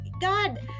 God